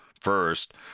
first